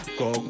go